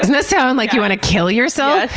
and sound like you want to kill yourself? yes!